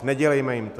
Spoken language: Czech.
Nedělejme jim to.